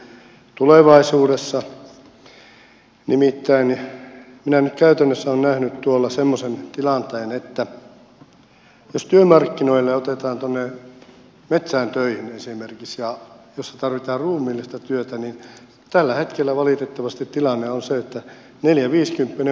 nimittäin minä nyt käytännössä olen nähnyt tuolla semmoisen tilanteen että jos työmarkkinoille otetaan esimerkiksi metsään töihin missä tarvitaan ruumiillista työtä niin tällä hetkellä valitettavasti tilanne on se että neljäviisikymppinen kaveri on siinä paras tekijä